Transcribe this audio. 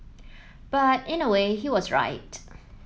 but in a way he was right